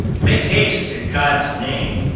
make haste, in god's name.